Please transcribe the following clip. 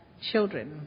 Children